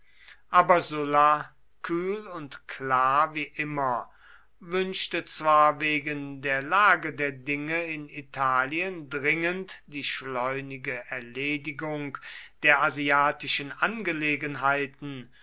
aber sulla kühl und klar wie immer wünschte zwar wegen der lage der dinge in italien dringend die schleunige erledigung der asiatischen angelegenheiten